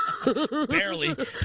Barely